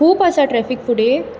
खूब आसा ट्रेफिक फुडें